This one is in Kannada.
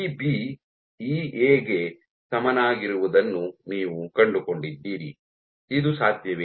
ಇಬಿ ಇಎ ಗೆ ಸಮನಾಗಿರುವುದನ್ನು ನೀವು ಕಂಡುಕೊಂಡಿದ್ದೀರಿ ಇದು ಸಾಧ್ಯವೇ